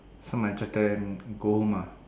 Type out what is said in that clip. some might threaten them go home meh